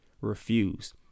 refused